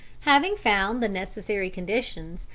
having found the necessary conditions,